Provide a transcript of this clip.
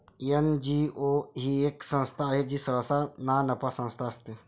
NGO ही एक संस्था आहे जी सहसा नानफा संस्था असते